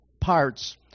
parts